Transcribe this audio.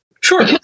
Sure